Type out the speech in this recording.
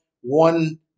one